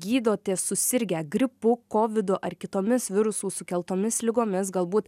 gydotės susirgę gripu kovidu ar kitomis virusų sukeltomis ligomis galbūt